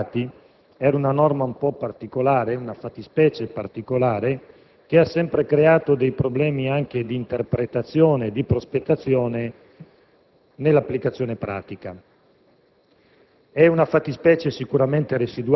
Castelli e agli altri coindagati era una fattispecie particolare, che ha sempre creato problemi anche di interpretazione e di prospettazione nell'applicazione pratica.